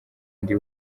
undi